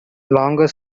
longer